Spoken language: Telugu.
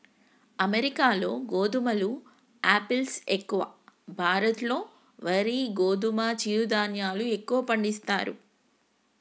అమెరికాలో గోధుమలు ఆపిల్స్ ఎక్కువ, భారత్ లో వరి గోధుమ చిరు ధాన్యాలు ఎక్కువ పండిస్తారు